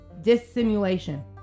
dissimulation